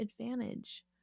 advantage